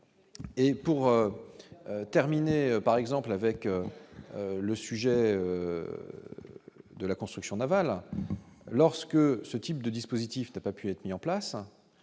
et pour terminer, par exemple avec le sujet de la construction navale, lorsque ce type de dispositif n'ait pas pu être mis en place